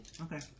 Okay